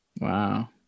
Wow